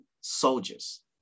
soldiers